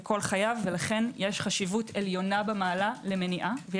כל חייו ולכן יש חשיבות עליונה במעלה למניעה.